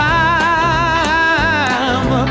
time